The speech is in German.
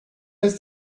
ist